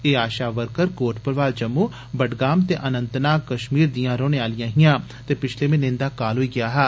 ए ASHA worker Kot Bhalwal Jammu Budgam ते अनंतनाग कश्मीर दियां रौहने आहलियां हिआं ते पिच्छले महिनें इंदा काल होई गेया हा